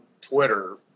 Twitter